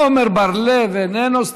עומר בר-לב, איננו,